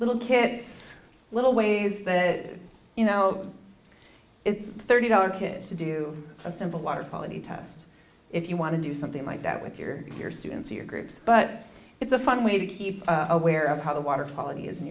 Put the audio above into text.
little kids little ways that you know it's thirty dollars kids to do a simple water quality test if you want to do something like that with your your students or your groups but it's a fun way to keep aware of how the water quality is in